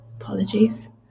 Apologies